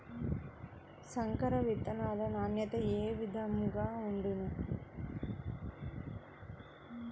సంకర విత్తనాల నాణ్యత ఏ విధముగా ఉండును?